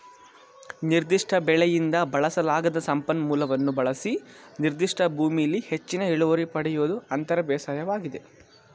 ನಿರ್ದಿಷ್ಟ ಬೆಳೆಯಿಂದ ಬಳಸಲಾಗದ ಸಂಪನ್ಮೂಲವನ್ನು ಬಳಸಿ ನಿರ್ದಿಷ್ಟ ಭೂಮಿಲಿ ಹೆಚ್ಚಿನ ಇಳುವರಿ ಪಡಿಯೋದು ಅಂತರ ಬೇಸಾಯವಾಗಿದೆ